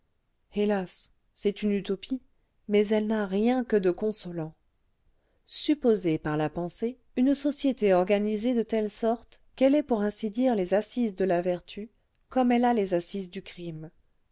hélas c'est une utopie mais elle n'a rien que de consolant supposez par la pensée une société organisée de telle sorte qu'elle ait pour ainsi dire les assises de la vertu comme elle a les assises du crime